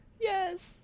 Yes